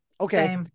Okay